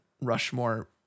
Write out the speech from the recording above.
Rushmore